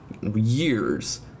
years